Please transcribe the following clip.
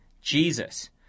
Jesus